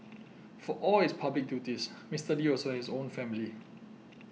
for all his public duties Mister Lee also has his own family